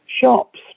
shops